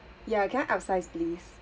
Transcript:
ya can I upsize please